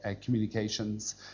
communications